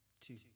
two